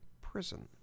prison